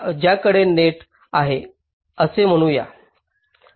माझ्याकडे नेट आहे असे म्हणू या